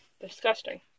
Disgusting